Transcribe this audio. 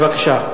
בבקשה.